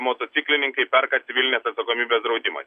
motociklininkai perka civilinės atsakomybės draudimą